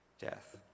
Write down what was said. death